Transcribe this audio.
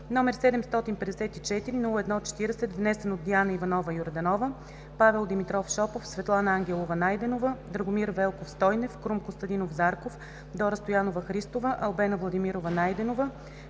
№ 754-01-40, внесен от Диана Иванова Йорданова, Павел Димитров Шопов, Светлана Ангелова Найденова, Драгомир Велков Стойнев, Крум Костадинов Зарков, Дора Стоянова Христова, Албена Владимирова Найденова,